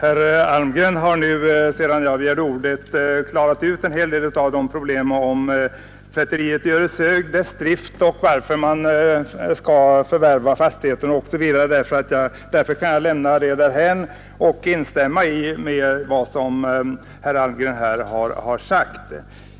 Fru talman! Sedan jag begärde ordet har herr Almgren klarat ut en hel del av problemen med tvätteriet i Ödeshög, dess drift och varför man skall förvärva fastigheten. Därför kan jag lämna det därhän och bara instämma i vad herr Almgren här har anfört.